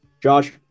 Josh